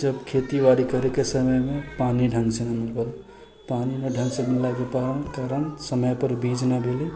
जब खेती बाड़ि करैके समयमे पानि नहि ढङ्गसँ पानि नहि ढङ्गसँ मिललाके कारण समय पर बीज नहि भेलै